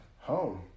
home